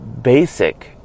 basic